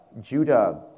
Judah